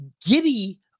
giddy